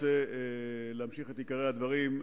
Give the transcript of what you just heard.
אני רוצה להמשיך את עיקרי הדברים,